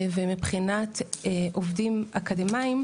מבחינת עובדים אקדמאיים,